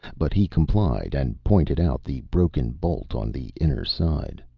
but he complied, and pointed out the broken bolt on the inner side.